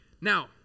Now